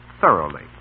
thoroughly